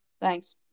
Thanks